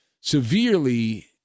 severely